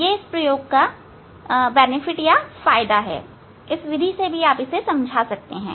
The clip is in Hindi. यह इस प्रयोग का फायदा है इस विधि से भी इसे समझाया जा सकता है